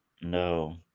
No